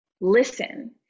listen